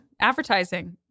Advertising